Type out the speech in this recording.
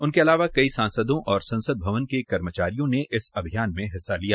इसके अलावा कई सांसदों और संसद भवन के कर्मचारियों ने इस अभियान में हिस्सा लिया